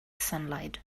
sunlight